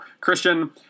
Christian